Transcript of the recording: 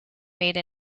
made